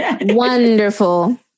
Wonderful